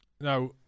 Now